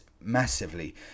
massively